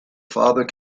father